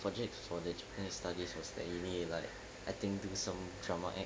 project for the japanese studies was that you need to like I think do some drama act